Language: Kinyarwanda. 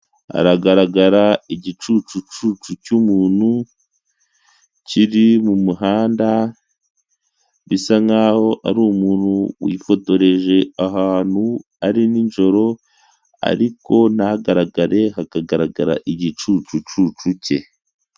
Hagaragara igicucucu cy'umuntu, kiri mumuhanda, bisa nkaho ari umuntu wifotoreje ahantu ari nijoro, ariko ntahagaragare, hakagaragara igicucucu ke.